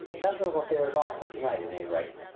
that little affair is off for to-night at any rate.